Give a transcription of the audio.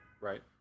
Right